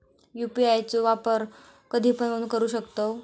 UPI चो वापर कधीपण करू शकतव?